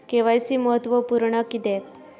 KYC महत्त्वपुर्ण किद्याक?